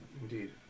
Indeed